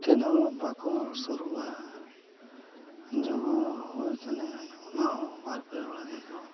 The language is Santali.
ᱴᱷᱮᱱ ᱦᱚᱸ ᱵᱟᱠᱚ ᱥᱩᱨᱩᱜᱼᱟ ᱡᱚᱜᱚ ᱦᱚᱦᱚ ᱠᱟᱱᱟᱭ ᱚᱱᱟᱦᱚᱸ ᱵᱟᱨᱼᱯᱮ ᱦᱚᱲ ᱜᱮᱠᱚ